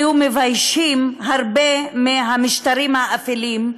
מביישים הרבה מהמשטרים האפלים,